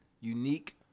unique